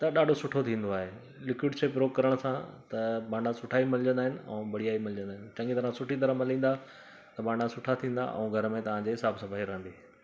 त ॾाढो सुठो थींदो आहे लिक्विड से पूरो करण सां भांडा सुठा मलिजंदा आहिनि बढ़िया मलिजंदा आहिनि सुठी तरह मलींदा त भांडा सुठा थींदा घर में तव्हांजे साफ़ु सफ़ाई रहंदी